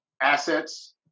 assets